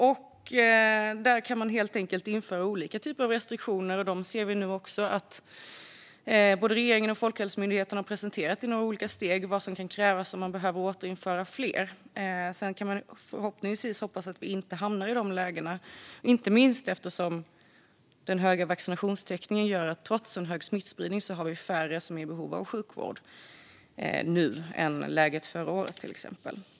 Med dessa lagar kan man införa olika typer av restriktioner, och regeringen och Folkhälsomyndigheten har i några olika steg presenterat vad som kan krävas om man behöver återinföra fler. Vi kan hoppas att vi inte hamnar i ett sådant läge, inte minst eftersom den höga vaccinationstäckningen gör att vi trots en hög smittspridning har färre som är i behov av sjukvård nu än förra året.